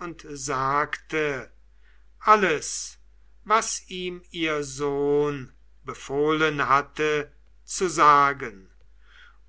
und sagte alles was ihm ihr sohn befohlen hatte zu sagen